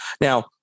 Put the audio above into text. Now